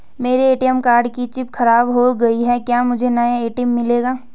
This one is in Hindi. मेरे ए.टी.एम कार्ड की चिप खराब हो गयी है क्या मुझे नया ए.टी.एम मिलेगा?